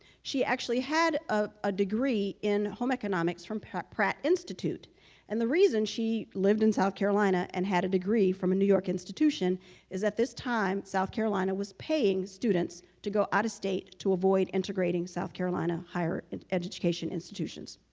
she actually had a degree in home economics from pratt pratt institute and the reason she lived in south carolina and had a degree from a new york institution is at this time south carolina was paying students to go out of state to avoid integrating south carolina higher education institutions.